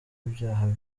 ibyaha